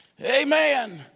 Amen